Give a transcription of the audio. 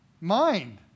mind